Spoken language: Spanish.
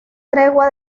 tregua